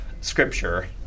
scripture